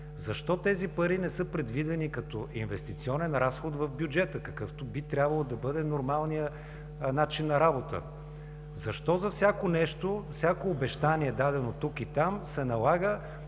Защо тези пари не са предвидени като инвестиционен разход в бюджета, какъвто би трябвало да бъде нормалният начин на работа? Защо за всяко нещо, всяко обещание, дадено тук и там, се налага